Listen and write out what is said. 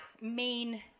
main